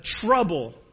trouble